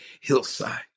hillside